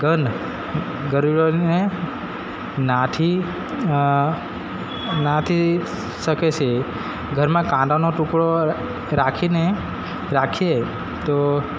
ગંધ ગરોળીઓને નાથી નથી શકે છે ઘરમાં કાંદાનો ટુકડો રાખીને રાખીએ તો